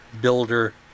builder